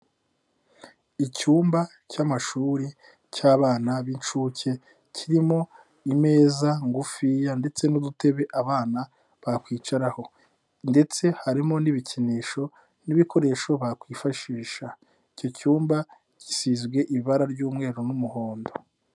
Icyumba cy'amashuri cy'abana b'inshuke, kirimo ame ngufi ndetse n'ubutebe abana bakwicaraho ndetse harimo n'ibikinisho n'ibikoresho bakwifashisha, icyo cyumba gisizwe ibara ry'umweru n'umuhondo.